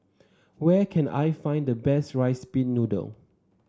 where can I find the best rice pin noodle